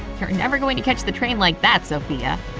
you're never going to catch the train like that, sophia!